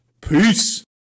peace